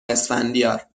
اسفندیار